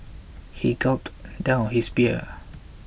he gulped down his beer